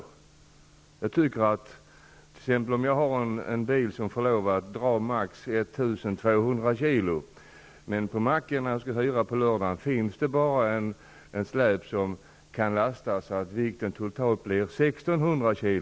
Antag -- för att vara teknisk -- att jag har en bil som får dra max 1 200 kg men att det när jag skall hyra en släpvagn på lördagen på macken bara finns ett släp som kan lasta så att vikten totalt blir 1 600 kg.